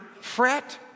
fret